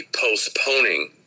postponing